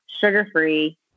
sugar-free